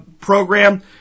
program